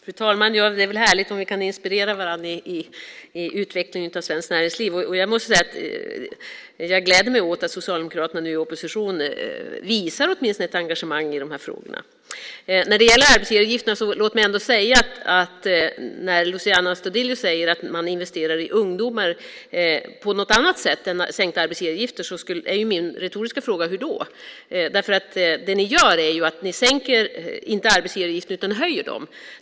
Fru talman! Det är härligt om vi kan inspirera varandra i utvecklingen av svenskt näringsliv. Jag gläder mig åt att Socialdemokraterna i opposition visar ett engagemang i de här frågorna. Luciano Astudillo säger att man investerar i ungdomar på ett annat sätt än genom sänkta arbetsgivaravgifter. Min retoriska fråga är: Hur? Ni sänker inte arbetsgivaravgifterna utan ni höjer dem.